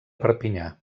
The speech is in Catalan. perpinyà